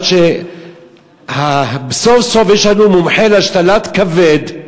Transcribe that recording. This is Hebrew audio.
עד שסוף-סוף יש לנו מומחה להשתלת כבד,